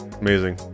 Amazing